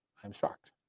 i'm shocked.